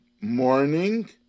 morning